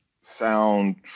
sound